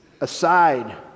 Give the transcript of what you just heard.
aside